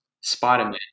Spider-Man